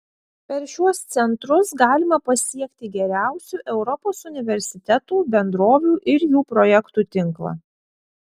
per šiuos centrus galima pasiekti geriausių europos universitetų bendrovių ir jų projektų tinklą